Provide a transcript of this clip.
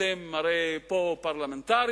אתם הרי פה פרלמנטרים,